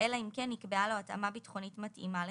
אלא אם כן נקבעה לו התאמה ביטחונית מתאימה לכך,